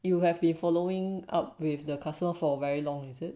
you have been following up with the castle for very long is it